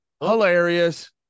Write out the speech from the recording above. hilarious